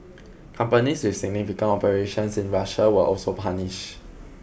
companies with significant operations in Russia were also punished